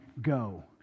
go